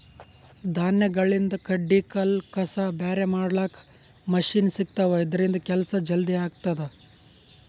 ಧಾನ್ಯಗಳಿಂದ್ ಕಡ್ಡಿ ಕಲ್ಲ್ ಕಸ ಬ್ಯಾರೆ ಮಾಡ್ಲಕ್ಕ್ ಮಷಿನ್ ಸಿಗ್ತವಾ ಇದ್ರಿಂದ್ ಕೆಲ್ಸಾ ಜಲ್ದಿ ಆಗ್ತದಾ